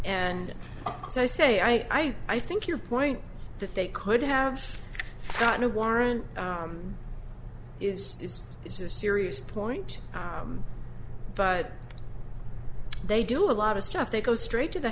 so i say i i think your point that they could have gotten a warrant is is it's a serious point but they do a lot of stuff they go straight to the